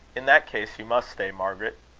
in that case you must stay, margaret.